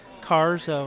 cars